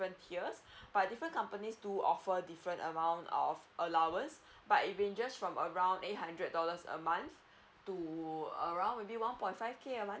tiers but different companies do offer different amount of allowance but it ranges from around eight hundred dollars a month to around maybe one point five k a month